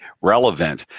relevant